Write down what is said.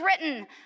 written